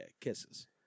Kisses